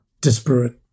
disparate